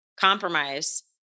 compromise